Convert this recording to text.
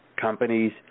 companies